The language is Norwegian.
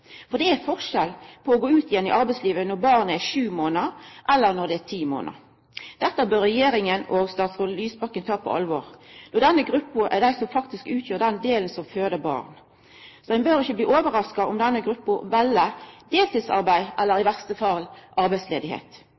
For det er forskjell på å gå ut igjen i arbeidslivet når barnet er sju månader, og når det er ti månader. Dette bør regjeringa og statsråd Lysbakken ta på alvor, då denne gruppa er den som faktisk utgjer den delen som føder barn. Så ein bør ikkje bli overraska om denne gruppa vel deltidsarbeid, eller – i verste fall